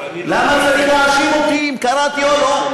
אבל אני לא, למה צריך להאשים אותי אם קראתי או לא?